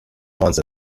ponds